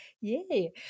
yay